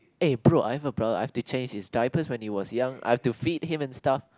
eh bro I have brother I have to change his diapers when he was young I want to feed him in stuff